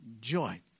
joy